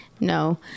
No